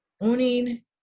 owning